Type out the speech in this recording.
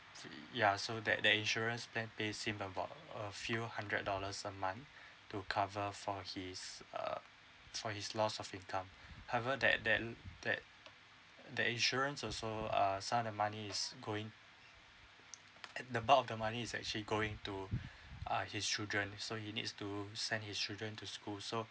so ya so that their insurance pays him about a few hundred dollars a month to cover for his uh for his loss of income however that then that that insurance also err some of the money is going about of the money is actually going to um his children so he needs to send his children to school so